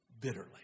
bitterly